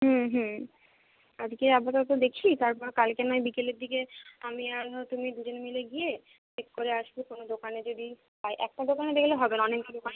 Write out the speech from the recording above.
হুম হুম আজকে আপাতত দেখি তারপর কালকে নয় বিকেলের দিকে আমি আর তুমি দুজনে মিলে গিয়ে চেক করে আসবো কোনো দোকানে যদি পাই একটা দোকানে দেখলে হবে না অনেকগুলো